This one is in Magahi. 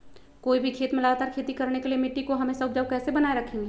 कोई भी खेत में लगातार खेती करने के लिए मिट्टी को हमेसा उपजाऊ कैसे बनाय रखेंगे?